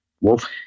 Wolf